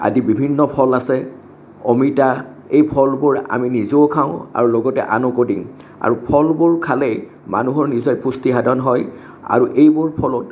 আদি বিভিন্ন ফল আছে অমিতা এই ফলবোৰ আমি নিজেও খাওঁ আৰু লগতে আনকো দিং আৰু ফলবোৰ খালে মানুহৰ নিজে পুষ্টি সাধন হয় আৰু এইবোৰ ফলত